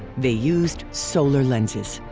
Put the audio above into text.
they used solar lenses.